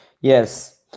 Yes